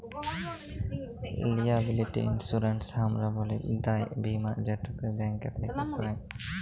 liability insurance হামরা ব্যলি দায় বীমা যেটাকে ব্যাঙ্ক থক্যে পাই